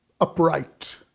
Upright